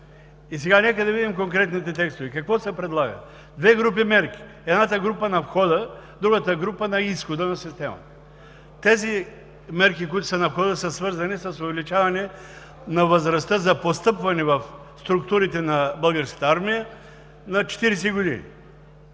И сега нека да видим в конкретните текстове какво се предлага? Две групи мерки – едната група на входа, другата група на изхода на системата. Тези мерки, които са на входа, са свързани с увеличаване на възрастта за постъпване в структурите на Българската армия на 40 години.